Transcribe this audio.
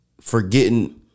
forgetting